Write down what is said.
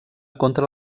contra